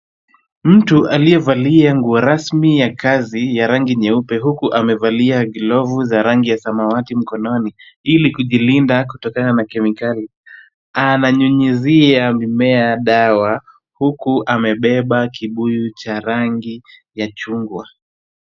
Mtu aliyevalia nguo rasmi ya kazi ya rangi nyeupe, huku amevalia glovu za rangi ya samawati mkononi ili kujilinda kutokana na kemikali, ananyunyizia mimea dawa huku amebeba kibuyu cha rangi ya chungwa.